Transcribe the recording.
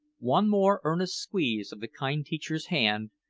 one more earnest squeeze of the kind teacher's hand,